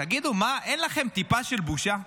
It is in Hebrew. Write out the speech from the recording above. תגידו, איך לכם טיפה של בושה?